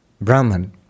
Brahman